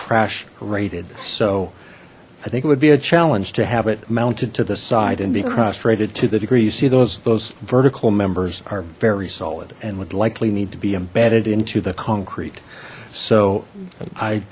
crash rated so i think it would be a challenge to have it mounted to the side and be cross rated to the degree you see those those vertical members are very solid and would likely need to be embedded into the concrete so i